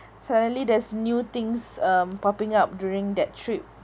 suddenly there's new things um popping up during that trip